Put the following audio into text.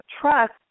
trust